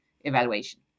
evaluation